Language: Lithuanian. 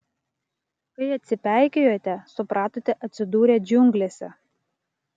kai atsipeikėjote supratote atsidūrę džiunglėse